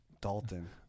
Dalton